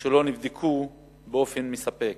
שלא נבדקו באופן מספק.